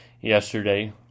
yesterday